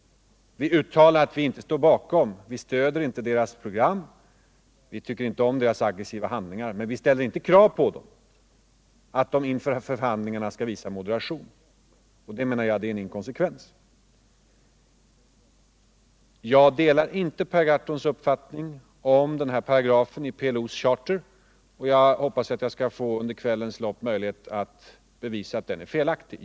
Vi uttalar att vi inte stöder PLO:s program. Vi tycker inte om de aggressiva handlingarna, men vi ställer inte krav på PLO att inför förhandlingarna visa moderation. Det menar jag är en inkonsekvens. Jag delar inte Per Gahrtons uppfattning om den nämnda paragrafen i PLO:s charter, och jag hoppas att jag under kvällens lopp skall få möjlighet att bevisa att den är felaktig.